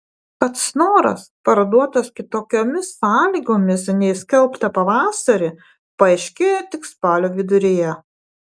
kad snoras parduotas kitokiomis sąlygomis nei skelbta pavasarį paaiškėjo tik spalio viduryje